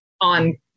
on